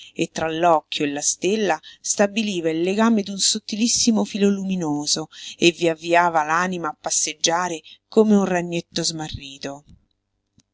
e tra l'occhio e la stella stabiliva il legame d'un sottilissimo filo luminoso e vi avviava l'anima a passeggiare come un ragnetto smarrito